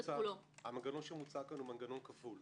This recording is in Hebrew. המנגנון שמוצע פה הוא מנגנון כפול.